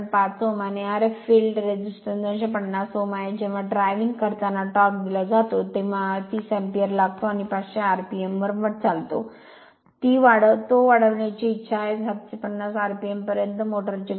5 Ω आणि Rf field resistance 250 Ω आहे जेव्हा ड्राव्हिंग करताना टॉर्क दिला जातो तेव्हा 30 अँपेयर लागतो आणि 500 rpm वर चालतो तो वाढवण्याची इच्छा आहे 750 rpm पर्यंत मोटर ची गती